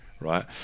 right